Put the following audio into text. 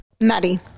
maddie